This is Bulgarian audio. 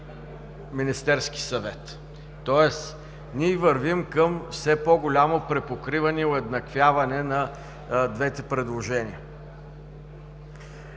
Министерския съвет, тоест ние вървим към все по-голямо припокриване и уеднаквяване на двете предложения.